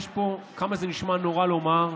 כמה שזה נשמע נורא לומר,